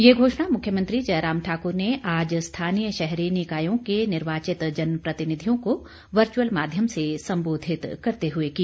ये घोषणा मुख्यमंत्री जयराम ठाकुर ने आज स्थानीय शहरी निकायों के निर्वाचित जन प्रतिनिधियों को वर्चुअल माध्यम से संबोधित करते हुए की